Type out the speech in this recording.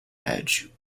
edge